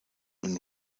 und